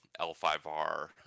L5R